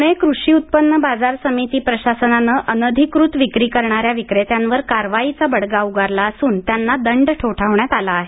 प्णे कृषी उत्पन्न बाजार समिती प्रशासनाने अनधिकृत विक्री करणाऱ्या विक्रेत्यांवर कारवाईचा बडगा उगारला असून त्यांना दंड ठोठावण्यात आला आहे